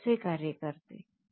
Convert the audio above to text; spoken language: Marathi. हे असे कार्य करते